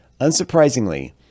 Unsurprisingly